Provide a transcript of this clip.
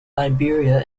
iberia